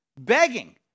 begging